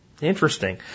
Interesting